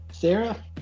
Sarah